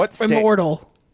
immortal